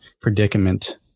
predicament